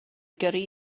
gyrru